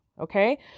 Okay